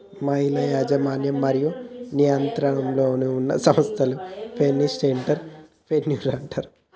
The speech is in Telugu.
మహిళల యాజమాన్యం మరియు నియంత్రణలో ఉన్న సంస్థలను ఫెమినిస్ట్ ఎంటర్ ప్రెన్యూర్షిప్ అంటారు